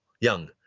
young